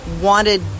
wanted